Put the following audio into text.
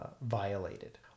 violated